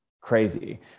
crazy